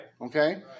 Okay